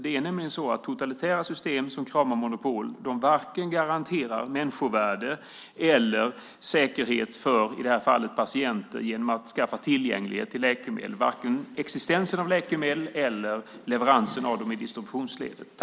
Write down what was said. Det är nämligen så att totalitära system som kramar monopol inte garanterar vare sig människovärde eller säkerhet för i detta fall patienter genom att skapa tillgänglighet till läkemedel, varken existensen av läkemedel eller leveransen av dem i distributionsledet.